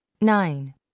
nine